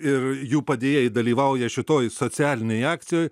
ir jų padėjėjai dalyvauja šitoj socialinėj akcijoj